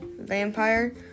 vampire